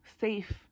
safe